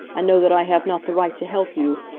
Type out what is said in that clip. and know that i have not the right to help you.